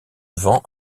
vend